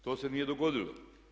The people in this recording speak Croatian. To se nije dogodilo.